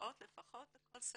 שעות לפחות בכל סדנה,